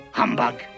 Humbug